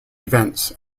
events